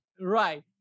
Right